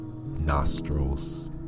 nostrils